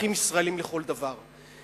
אזרחים ישראלים לכל דבר.